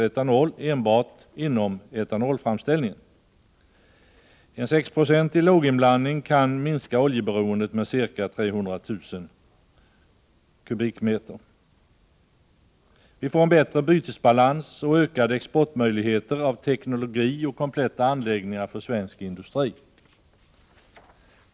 etanol enbart inom etanolframställningen. En sexprocentig låginblandning kan minska oljeberoendet med ca 300 000 m?. Vi får bättre bytesbalans och ökade exportmöjligheter när det gäller teknologi och kompletta anläggningar för svensk industri.